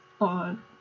on